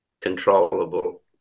controllable